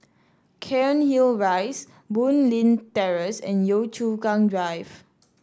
Cairnhill Rise Boon Leat Terrace and Yio Chu Kang Drive